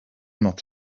not